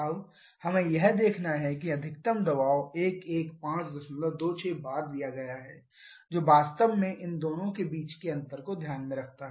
अब हमें यह देखेना है कि अधिकतम दबाव 11526 bar दिया गया है जो वास्तव में इन दोनों के बीच के अंतर को ध्यान में रखता है